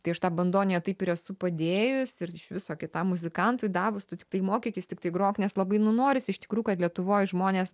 tai aš tą bandoniją taip ir esu padėjus ir iš viso kitam muzikantui davus tu tiktai mokykis tiktai grok nes labai nu norisi iš tikrų kad lietuvoj žmonės